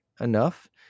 enough